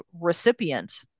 recipient